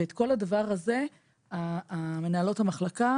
ואת כל הדבר הזה עושות בשטח מנהלות המחלקה,